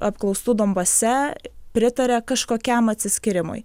apklaustų donbase pritaria kažkokiam atsiskyrimui